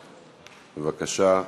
בבקשה.